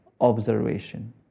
observation